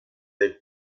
der